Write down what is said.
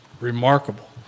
remarkable